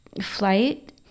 flight